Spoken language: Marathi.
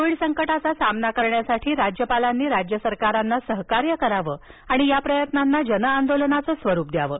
कोविड संकटाचा सामना करण्यासाठी राज्यपालांनी राज्य सरकारांना सहकार्य करावं आणि या प्रयत्नांना जनआंदोलनाचं स्वरूप द्यावं